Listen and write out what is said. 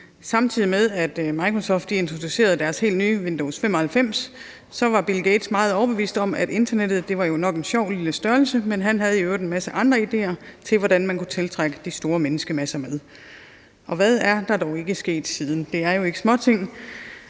Samtidig med at Microsoft introducerede deres helt nye Windows 95, var Bill Gates meget overbevist om, at internettet nok var en sjov lille størrelse, men han havde i øvrigt en masse andre ideer til, hvordan man kunne tiltrække de store menneskemasser. Og hvad er der dog ikke sket siden? Det er jo ikke småting.